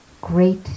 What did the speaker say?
great